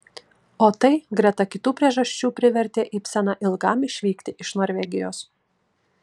o tai greta kitų priežasčių privertė ibseną ilgam išvykti iš norvegijos